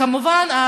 כמובן,